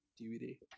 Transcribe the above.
DVD